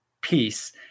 peace